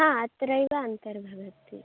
हा अत्रैव अन्तर्भवति